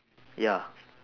ya